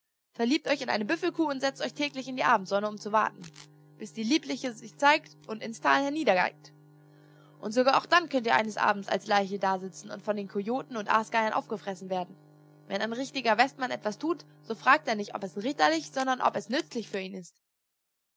verliebt euch in eine büffelkuh und setzt euch täglich in die abendsonne um zu warten bis die liebliche sich zeigt und ins tal herniederneigt und sogar auch dann könnt ihr eines abends als leiche dasitzen und von den coyoten und aasgeiern aufgefressen werden wenn ein richtiger westmann etwas tut so fragt er nicht ob es ritterlich sondern ob es nützlich für ihn ist